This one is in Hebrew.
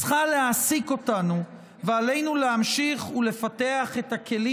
צריכה להעסיק אותנו ועלינו להמשיך ולפתח את הכלים